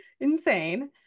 insane